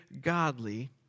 godly